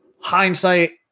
hindsight